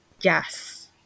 Yes